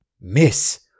Miss